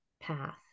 path